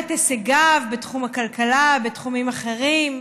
את הישגיו בתחום הכלכלה ובתחומים אחרים.